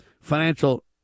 financial